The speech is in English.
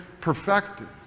perfected